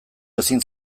ezin